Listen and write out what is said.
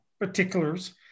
particulars